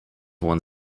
won